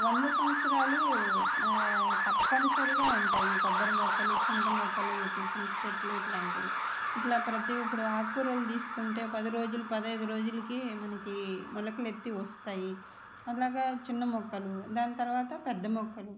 వంద సంవత్సరాలు తప్పనిసరిగా ఉంటాయి ఈ కొబ్బరి మొక్కలు చింత మొక్కలు చింత చెట్లు ఇట్లాంటివి ఇట్లా ప్రతి ఇప్పుడు ఆకుకూరలను తీసుకుంటే పది రోజులు పదహైదు రోజులకి మనకి మొలకలు ఎత్తి వస్తాయి అట్లాగా చిన్న మొక్కలు దాని తర్వాత పెద్ద మొక్కలు